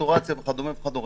סטורציה וכדומה.